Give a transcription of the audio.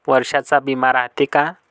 वर्षाचा बिमा रायते का?